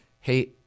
hey